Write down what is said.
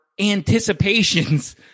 anticipations